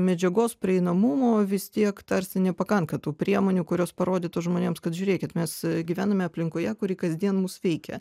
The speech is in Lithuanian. medžiagos prieinamumo vis tiek tarsi nepakanka tų priemonių kurios parodytų žmonėms kad žiūrėkit mes gyvename aplinkoje kuri kasdien mus veikia